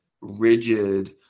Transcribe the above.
rigid